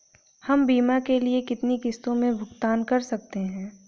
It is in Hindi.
हम बीमा के लिए कितनी किश्तों में भुगतान कर सकते हैं?